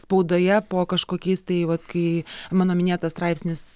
spaudoje po kažkokiais tai vat kai mano minėtas straipsnis